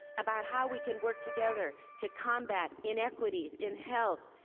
about how we can work together to combat inequities in health,